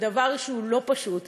וזה דבר לא פשוט.